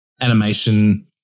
Animation